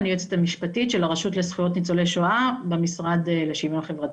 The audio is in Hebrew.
אני היועצת המשפטית של הרשות לזכויות ניצולי שואה במשרד לשיוויון חברתי.